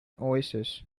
oasis